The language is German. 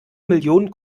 millionen